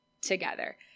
together